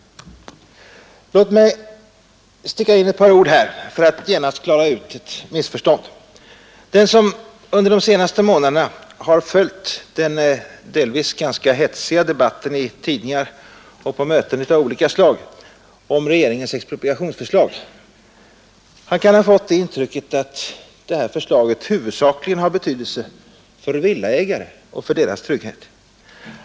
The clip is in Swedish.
Låt mig sticka in ett par ord här för att genast klara ut ett missförstånd! Den som under de senaste månaderna har följt den delvis ganska hetsiga debatten i tidningar och på möten av olika slag om regeringens expropriationsförslag kan ha fått det intrycket att det här förslaget huvudsakligen har betydelse för villaägarna och deras trygghet.